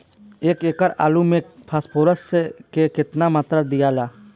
एक एकड़ आलू मे फास्फोरस के केतना मात्रा दियाला?